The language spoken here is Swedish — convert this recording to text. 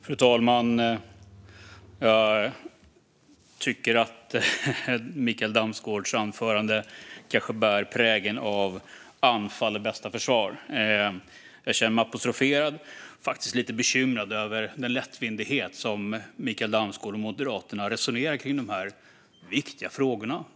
Fru talman! Jag tycker att Mikael Damsgaards anförande bär prägel av anfall är bästa försvar. Jag känner mig apostroferad och faktiskt lite bekymrad över den lättvindighet med vilken Mikael Damsgaard och Moderaterna resonerar i dessa viktiga frågor.